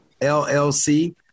LLC